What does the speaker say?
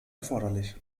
erforderlich